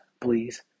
please